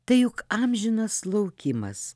tai juk amžinas laukimas